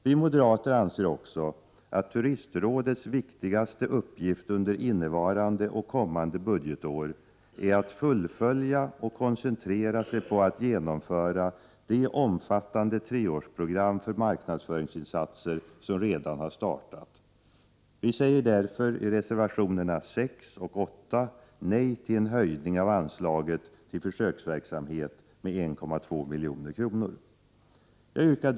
Vi moderater anser också att turistrådets viktigaste uppgift under innevarande och kommande budgetår är att fullfölja och koncentrera sig på att genomföra det omfattande treårsprogram för marknadsföringsinsatser som redan har startat. Vi säger därför i reservationerna 6 och 8 nej till en höjning av anslaget till försöksverksamhet med 1,2 milj.kr. Herr talman!